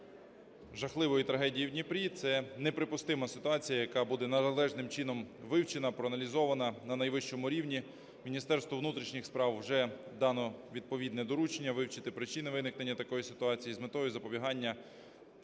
внаслідок жахливої трагедії у Дніпрі. Це неприпустима ситуація, яка буде належним чином вивчена, проаналізована на найвищому рівні. Міністерству внутрішніх справ вже дано відповідне доручення – вивчити причини виникнення такої ситуації з метою запобігання